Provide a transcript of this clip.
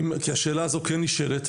כי השאלה הזאת כן נשאלת,